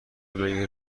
بگیرید